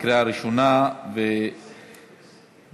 (עבירות המתה),